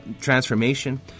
transformation